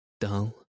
dull